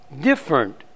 different